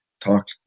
talk